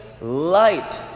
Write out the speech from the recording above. light